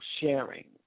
sharing